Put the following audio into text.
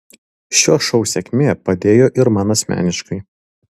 šio šou sėkmė padėjo ir man asmeniškai